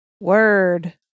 word